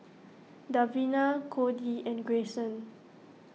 Davina Codie and Greyson